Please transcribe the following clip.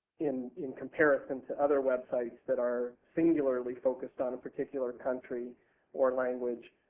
in in comparison to other websites that are singularly focused on a particular country or language,